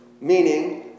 meaning